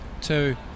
two